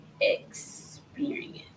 experience